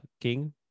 king